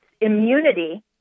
immunity